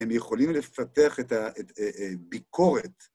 הם יכולים לפתח את ה-אה, אה, ביקורת.